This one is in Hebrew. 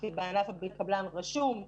בענף הבניין קבלן רשום,